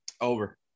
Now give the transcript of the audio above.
Over